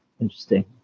Interesting